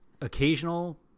occasional